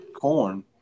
corn